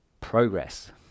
progress